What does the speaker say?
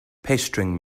pestering